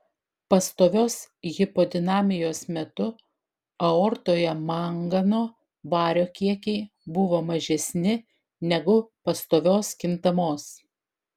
pastovios hipodinamijos metu aortoje mangano vario kiekiai buvo mažesni negu pastovios kintamos